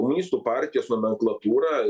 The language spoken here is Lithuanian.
komunistų partijos nomenklatūra